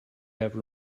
have